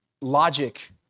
logic